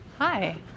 Hi